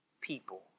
people